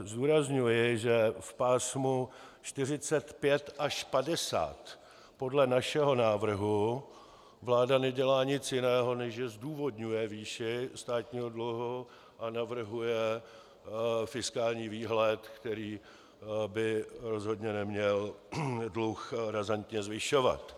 Zdůrazňuji, že v pásmu 45 až 50 podle našeho návrhu vláda nedělá nic jiného, než že zdůvodňuje výši státního dluhu a navrhuje fiskální výhled, který by rozhodně neměl dluh razantně zvyšovat.